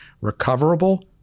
recoverable